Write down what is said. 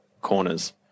corners